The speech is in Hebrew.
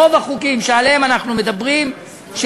רוב החוקים שעליהם אנחנו מדברים, זה